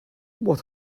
what